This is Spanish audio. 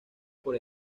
por